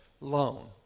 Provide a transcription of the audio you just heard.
loan